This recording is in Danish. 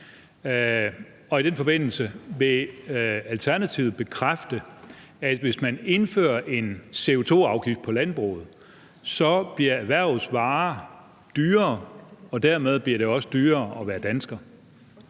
vil jeg spørge: Vil Alternativet bekræfte, at hvis man indfører en CO2-afgift på landbruget, bliver erhvervets varer dyrere, og at dermed bliver det også dyrere at være dansker?